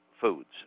foods